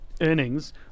earnings